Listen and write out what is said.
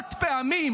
עשרות פעמים,